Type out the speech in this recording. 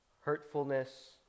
hurtfulness